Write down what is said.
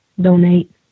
donate